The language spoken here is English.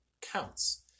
counts